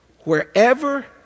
Wherever